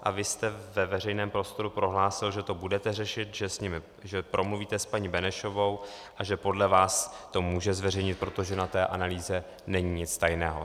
A vy jste ve veřejném prostoru prohlásil, že to budete řešit, že promluvíte s paní Benešovou a že podle vás to může zveřejnit, protože na té analýze není nic tajného.